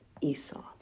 Esau